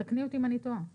תתקני אותי אם אני טועה.